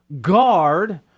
guard